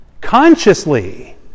Consciously